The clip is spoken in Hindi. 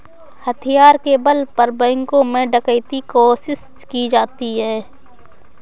हथियार के बल पर बैंकों में डकैती कोशिश की जाती है